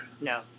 No